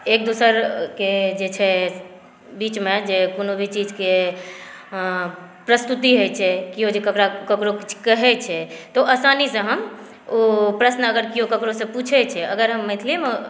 एक दोसरके जे छै बीचमे जे कोनो भी चीजके प्रस्तुति होइ छै केओ जे ककरो किछु कहै छै तऽ ओ आसानीसे हम ओ प्रश्न अगर केओ केकरोसं केओ पूछै छै अगर हम मैथिलीमे